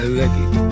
lucky